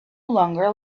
longer